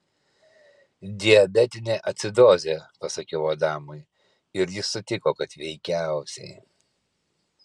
diabetinė acidozė pasakiau adamui ir jis sutiko kad veikiausiai